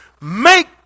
make